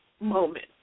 moment